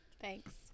thanks